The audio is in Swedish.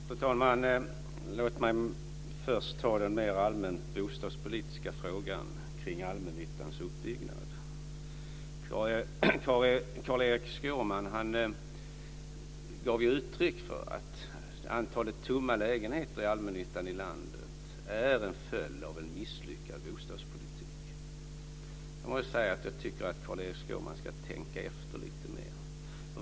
Fru talman! Låt mig först ta den mer allmänbostadspolitiska frågan kring allmännyttans uppbyggnad. Carl-Erik Skårman gav uttryck för att antalet tomma lägenheter i allmännyttan i landet är en följd av en misslyckad bostadspolitik. Jag tycker att Carl Erik Skårman ska tänka efter lite mer.